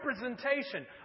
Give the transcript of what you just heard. representation